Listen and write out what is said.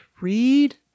read